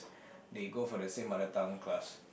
they go for the same mother tongue class